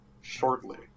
shortly